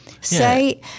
Say